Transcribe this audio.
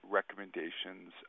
recommendations